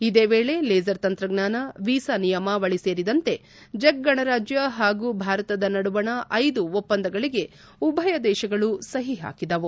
ಇದೇ ವೇಳೆ ಲೇಸರ್ ತಂತ್ರಜ್ಞಾನ ವೀಸಾ ನಿಯಮಾವಳಿ ಸೇರಿದಂತೆ ಚೆಕ್ ಗಣರಾಜ್ಞ ಹಾಗೂ ಭಾರತದ ನಡುವಣ ಐದು ಒಪ್ಪಂದಗಳಿಗೆ ಉಭಯ ದೇಶಗಳು ಸಹಿ ಹಾಕಿದವು